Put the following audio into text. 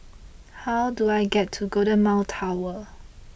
how do I get to Golden Mile Tower